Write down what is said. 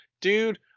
Dude